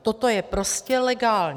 Toto je prostě legální!